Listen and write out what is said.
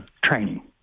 training